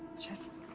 just.